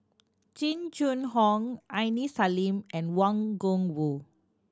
Jing Jun Hong Aini Salim and Wang Gungwu